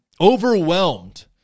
overwhelmed